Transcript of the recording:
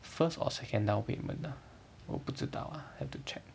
first or second down payment ah 我不知道 ah have to check